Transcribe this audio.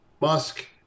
Musk